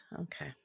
Okay